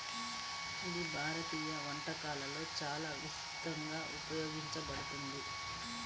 ఇది భారతీయ వంటకాలలో చాలా విస్తృతంగా ఉపయోగించబడుతుంది